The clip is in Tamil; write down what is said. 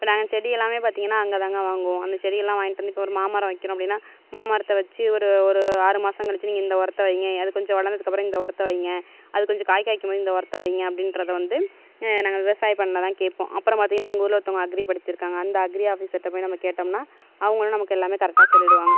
இப்போ நாங்கள் செடியெல்லாம் பார்த்தீங்கனா அங்கேதாங்க வாங்குவோம் அந்த செடியெல்லாம் வாங்கிகிட்டு வந்து இப்போது ஒரு மாமரம் வைக்கிறோம் அப்படினா மாமரத்தை வச்சு ஒரு ஒரு ஆறு மாசம் கழித்து நீங்கள் இந்த உரத்த வைய்ங்க அதுக்கு கொஞ்சம் வளர்ந்ததுக்கு அப்றம் இந்த உரத்த வைய்ங்க அது கொஞ்சம் காய்காய்க்கும் போது இந்த உரத்த வைய்ங்க அப்படின்றது வந்து நாங்கள் விவசாய பண்ணையில் தான் கேப்போம் அப்புறம் பார்த்தீங்கனா வந்து எங்கள் ஊரில் ஒருத்தவங்க அக்ரி படித்திருக்காங்க அந்த அக்ரி ஆஃபிசர்கிட்ட போய் நம்ம கேட்டோம்னா அவங்க நமக்கு எல்லாம் கரெட்டாக சொல்லிடுவாங்க